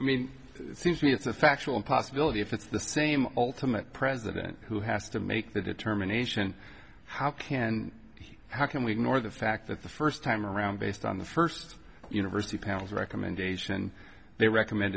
i mean it seems to me it's a factual possibility if it's the same ultimate president who has to make the determination how can he how can we can or the fact that the first time around based on the first university pounds recommendation they recommend